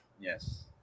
yes